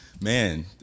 Man